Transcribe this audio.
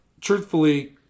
truthfully